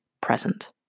present